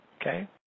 Okay